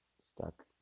stuck